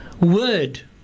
word